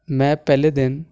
ਮੈਂ ਪਹਿਲੇ ਦਿਨ